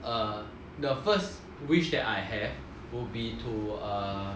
err the first wish that I have will be to err